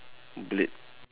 blade